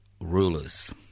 rulers